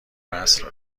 وصل